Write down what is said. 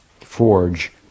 forge